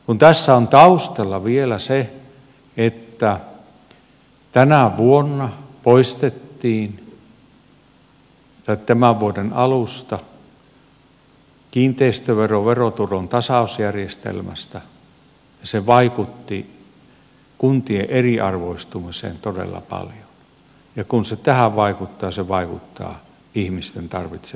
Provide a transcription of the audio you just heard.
kun tässä on taustalla vielä se että tämän vuoden alusta poistettiin kiinteistövero verotulon tasausjärjestelmästä se vaikutti kuntien eriarvoistumiseen todella paljon ja kun se tähän vaikuttaa se vaikuttaa ihmisten tarvitsemiin palveluihin